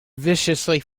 viciously